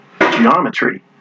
geometry